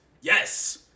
Yes